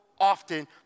often